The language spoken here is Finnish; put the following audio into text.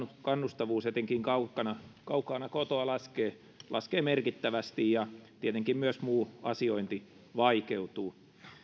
kannattavuus etenkin kaukana kaukana kotoa laskee laskee merkittävästi ja tietenkin myös muu asiointi vaikeutuu